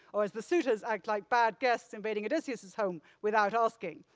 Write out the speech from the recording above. or as the suitors act like bad guests invading odysseus's home without asking.